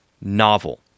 novel